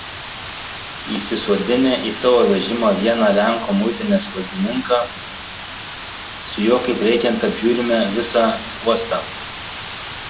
įsisodinę į savo vežimą vieną lenkų muitinės valdininką su juo kaip reikiant apžiūrime visą uostą